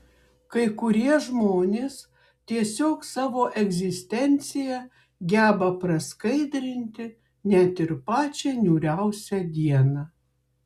kai kurie žmonės tiesiog savo egzistencija geba praskaidrinti net ir pačią niūriausią dieną